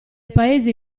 paesi